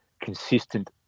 consistent